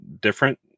different